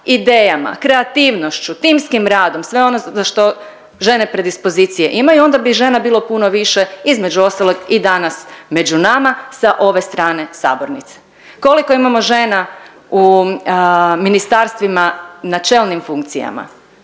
idejama, kreativnošću, timskim radom sve ono za što žene predispozicije imaju onda bi žena bilo puno više između ostalog i danas među nama sa ove strane sabornice. Koliko imamo žena u ministarstvima na čelnim funkcijama